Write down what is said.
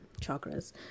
chakras